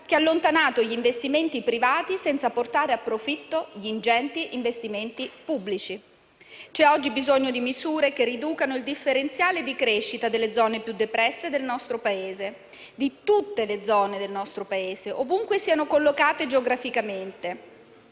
che ha allontanato gli investimenti privati senza portare a profitto gli ingenti investimenti pubblici. C'è oggi bisogno di misure che riducano il differenziale di crescita delle zone più depresse del nostro Paese, di tutte le zone del nostro Paese ovunque siano collocate geograficamente.